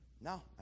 No